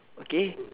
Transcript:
okay